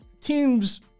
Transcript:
teams